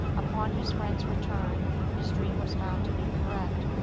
upon his friend's return his dream was found to be correct.